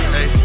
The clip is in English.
Hey